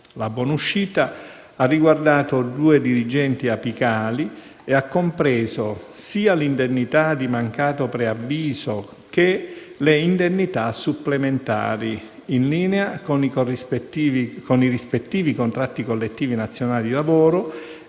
La buonuscita ha riguardato due dirigenti apicali e ha compreso sia l'indennità di mancato preavviso che le indennità supplementari, in linea con i rispettivi contratti collettivi nazionali di lavoro